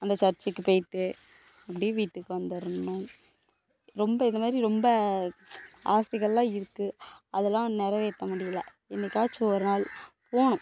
அந்த சர்ச்சுக்கு போய்ட்டு அப்படி வீட்டுக்கு வந்துடணும் ரொம்ப இதைமேரி ரொம்ப ஆசைகள்லாம் இருக்குது அதெல்லாம் நிறைவேத்த முடியலை என்னைக்காச்சும் ஒரு நாள் போகணும்